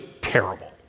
terrible